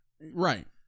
Right